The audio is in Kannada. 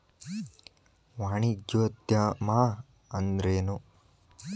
ವಾಣಿಜ್ಯೊದ್ಯಮಾ ಅಂದ್ರೇನು?